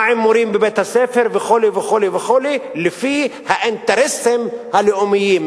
ומה עם מורים בבית-הספר וכו' וכו' לפי האינטרסים הלאומיים?